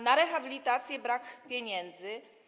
Na rehabilitację brak pieniędzy.